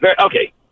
Okay